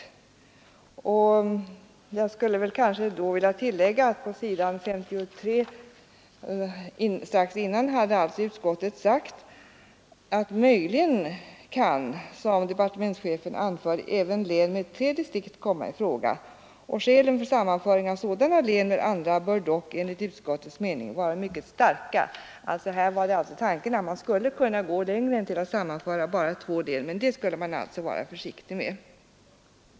Jag skall kanske tillägga att utskottet på s. 53, strax innan, också sagt följande: ”Möjligen kan, som departementschefen anför, även län med tre distrikt komma i fråga. Skälen för sammanföring av sådana län med andra bör dock enligt utskottets mening vara mycket starka.” Tanken här var alltså den att man skulle kunna gå längre än till att sammanföra två län, men det skulle man vara försiktig med.